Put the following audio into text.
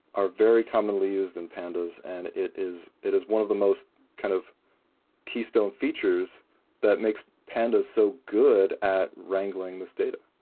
very commonly used in pandas and it is it is one of the most kind of keystone features that makes pandas so good at wrangling this data.